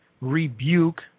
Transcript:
rebuke